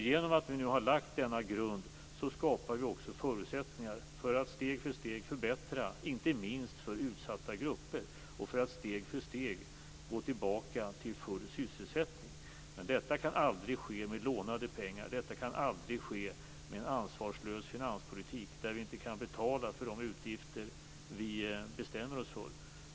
Genom att vi nu har lagt denna grund skapar vi också förutsättningar för att steg för steg förbättra inte minst för utsatta grupper och gå tillbaka till full sysselsättning. Men detta kan aldrig ske med lånade pengar och med en ansvarslös finanspolitik som gör att vi inte kan betala för de utgifter som vi bestämmer oss för.